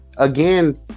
again